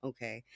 Okay